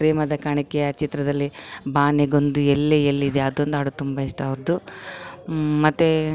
ಪ್ರೇಮದ ಕಾಣಿಕೆಯ ಚಿತ್ರದಲ್ಲಿ ಬಾನಿಗೊಂದು ಎಲ್ಲೇ ಎಲ್ಲಿದೆ ಅದೊಂದು ಹಾಡು ತುಂಬ ಇಷ್ಟ ಅವರದು ಮತ್ತು